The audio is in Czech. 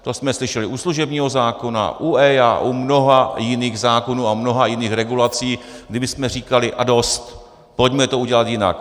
To jsme slyšeli u služebního zákona, u EIA, u mnoha jiných zákonů a mnoha jiných regulací, kdy my jsme říkali: a dost, pojďme to udělat jinak.